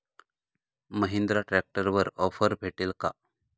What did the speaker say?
महिंद्रा ट्रॅक्टरवर ऑफर भेटेल का?